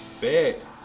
Bet